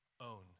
own